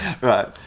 right